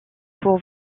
pour